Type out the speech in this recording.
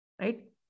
right